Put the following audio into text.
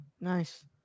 Nice